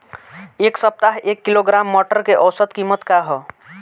एक सप्ताह एक किलोग्राम मटर के औसत कीमत का ह?